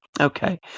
Okay